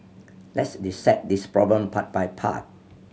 let's dissect this problem part by part